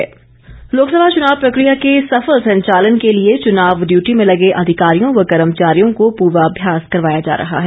पूर्वाभ्यास लोकसभा चुनाव प्रकिया के सफल संचालन के लिए चुनाव डियूटी में लगे अधिकारियों व कर्मचारियों को पूर्वाभ्यास करवाया जा रहा है